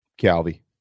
Calvi